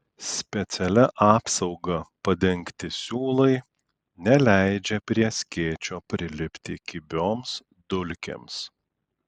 specialia apsauga padengti siūlai neleidžia prie skėčio prilipti kibioms dulkėms